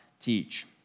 teach